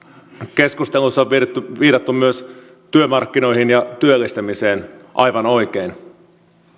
keskustelussa on viitattu myös työmarkkinoihin ja työllistämiseen aivan oikein